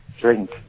drink